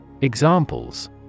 Examples